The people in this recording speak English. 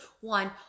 one